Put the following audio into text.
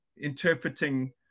interpreting